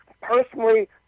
Personally